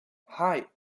hei